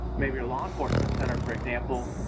maybe a law enforcement center, for example,